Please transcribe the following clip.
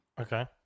okay